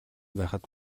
байхад